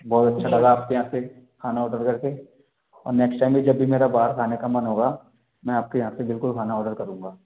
बहुत अच्छा लगा आपके यहाँ से खाना ऑर्डर करके और नेक्स्ट टाइम भी जब भी मेरा बाहर खाने का मन होगा मैं आपके यहाँ से बिल्कुल खाना ऑर्डर करूंगा